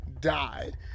died